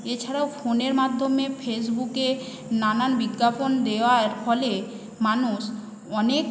এছাড়াও ফোনের মাধ্যমে ফেসবুকে নানান বিজ্ঞাপন দেওয়ার ফলে মানুষ অনেক